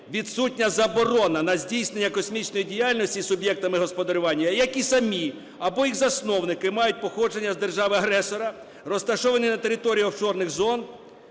Відсутня заборона на здійснення космічної діяльності суб'єктами господарювання, як і самі або їх засновники мають походження з держави-агресора, розташовані на території офшорних зон,